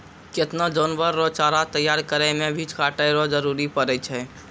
केतना जानवर रो चारा तैयार करै मे भी काटै रो जरुरी पड़ै छै